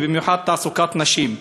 ובמיוחד תעסוקת נשים.